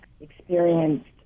experienced